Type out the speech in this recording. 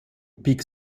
pic